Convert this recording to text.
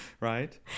right